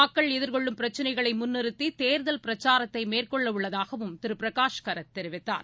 மக்கள் எதிர்கொள்ளும் பிரச்சினைகளைமுன்நிறுத்திதேர்தல் பிரச்சாரத்தைமேற்கொள்ளஉள்ளதாகவும் திருபிரகாஷ் காரட் தெரிவித்தார்